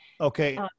Okay